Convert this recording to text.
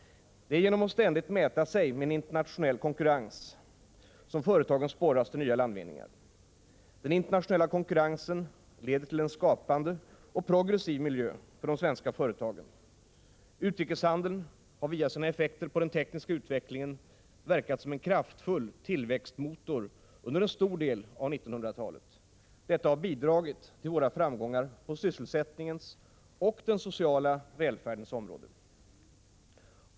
Det är genom att ständigt mäta sig med en internationell konkurrens som företagen sporras till nya landvinningar. Den internationella konkurrensen leder till en skapande och progressiv miljö för de svenska företagen. Utrikeshandeln har via sina effekter på den tekniska utvecklingen verkat som en kraftfull tillväxtmotor under en stor del av 1900-talet. Detta har bidragit till våra framgångar på sysselsättningens och den sociala välfärdens områden.